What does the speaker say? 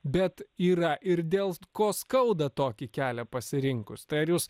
bet yra ir dėl ko skauda tokį kelią pasirinkus tai ar jūs